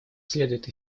следует